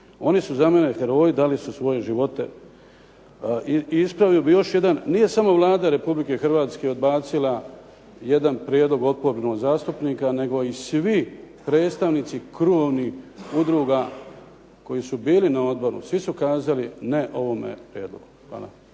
Oni su za mene heroji, dali su svoje živote. I ispravio bih još jedan. Nije samo Vlada Republike Hrvatske odbacila jedan prijedlog oporbenog zastupnika, nego i svi predstavnici krovnih udruga koji su bili na odboru. Svi su kazali ne ovome prijedlogu.